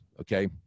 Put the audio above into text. okay